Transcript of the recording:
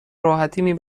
راحتی